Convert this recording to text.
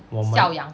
我们